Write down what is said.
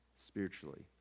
spiritually